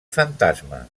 fantasma